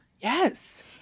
Yes